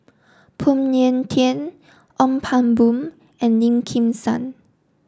Phoon Yew Tien Ong Pang Boon and Lim Kim San